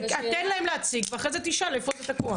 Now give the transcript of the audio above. תן להם להציג, ואחרי זה תשאל איפה זה תקוע.